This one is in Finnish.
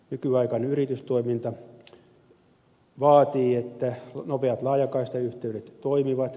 nykyaikainen yritystoiminta vaatii että nopeat laajakaistayhteydet toimivat